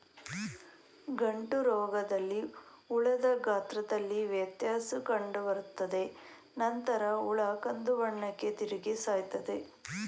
ಗಂಟುರೋಗದಲ್ಲಿ ಹುಳದ ಗಾತ್ರದಲ್ಲಿ ವ್ಯತ್ಯಾಸ ಕಂಡುಬರ್ತದೆ ನಂತರ ಹುಳ ಕಂದುಬಣ್ಣಕ್ಕೆ ತಿರುಗಿ ಸಾಯ್ತವೆ